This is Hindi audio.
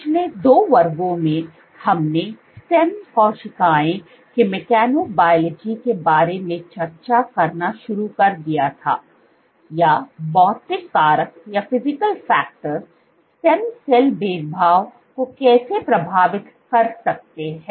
पिछले दो वर्गों में हमने स्टेम कोशिकाओं के मेकेनोबायोलॉजी के बारे में चर्चा करना शुरू कर दिया था या भौतिक कारक स्टेम सेल भेदभाव को कैसे प्रभावित कर सकते हैं